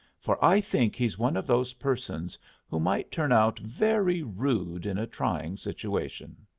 for i think he's one of those persons who might turn out very rude in a trying situation.